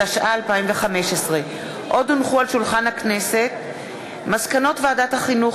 התשע"ה 2015. מסקנות ועדת החינוך,